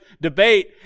debate